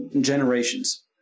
generations